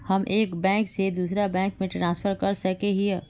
हम एक बैंक से दूसरा बैंक में ट्रांसफर कर सके हिये?